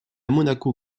monaco